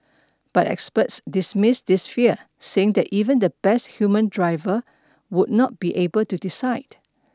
but experts dismiss this fear saying that even the best human driver would not be able to decide